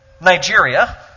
Nigeria